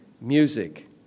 music